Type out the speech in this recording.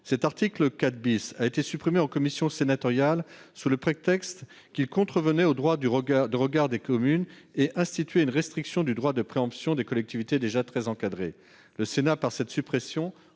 cet article a été supprimé en commission sénatoriale au prétexte qu'il contrevenait au droit de regard des communes et instituait une restriction du droit de préemption des collectivités, déjà très encadré. Le Sénat, par cette suppression,